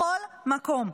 בכל מקום,